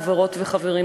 חברות וחברים,